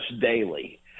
daily